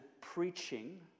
preaching